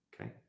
okay